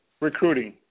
recruiting